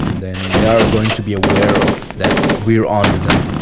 um then they are going to be aware of that we're on to them.